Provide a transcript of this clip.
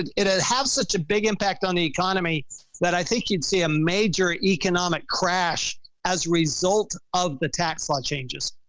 it it has such a big impact on the economy that i think you'd see a major economic crash as result of the tax law changes.